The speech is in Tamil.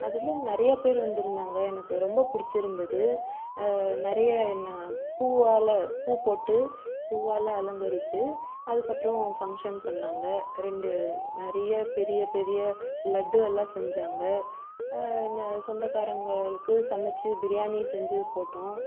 அதில் நிறையா பேர் வந்துருந்தாங்க எனக்கு ரொம்ப பிடிச்சிருந்துது நிறைய நான் பூவால் பூப்போட்டு பூவால் அலங்கரித்து அதற்கப்றம் ஃபங்க்ஷன் பண்ணாங்க ரெண்டு நிறைய பெரிய பெரிய லட்டு எல்லாம் செஞ்சாங்க சொந்தக்காரங்களுக்கு சமைச்சி பிரியாணி செஞ்சு போட்டோம்